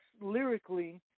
lyrically